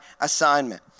assignment